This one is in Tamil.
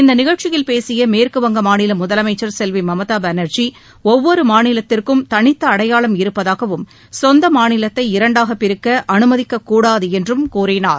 இந்த நிகழ்ச்சியில் பேசிய மேற்கு வங்க மாநில முதலமைச்சர் செல்வி மம்தா பானர்ஜி ஒவ்வொரு மாநிலத்திற்கும் தனித்த அடையாளம் இருப்பதாகவும் சொந்த மாநிலத்தை இரண்டாகப் பிரிக்க அனுமதிக்கக் கூடாது என்றும் கூறினார்